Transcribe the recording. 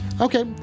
okay